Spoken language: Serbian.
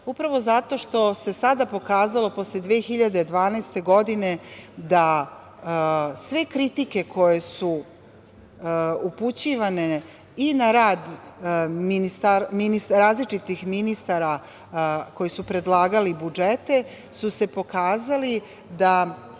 profesora zato što se sada pokazalo, posle 2012. godine, da sve kritike koje su upućivane i na rad različitih ministara, koji su predlagali budžete, nama ne